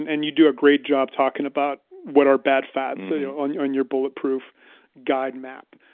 and you do a great job talking about what are bad fats on your on your bulletproof guide map.